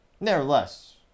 Nevertheless